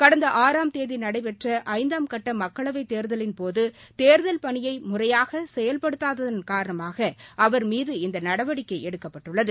கடந்த ஆறாம் தேதி நடைபெற்ற ஐந்தாம் கட்ட மக்களவைத் தேர்தலின்போது தேர்தல் பணியை முறையாக செயல்படுத்தாததன் காரணமாக அவர் மீது இந்த நடவடிக்கை எடுக்கப்பட்டுள்ளது